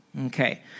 Okay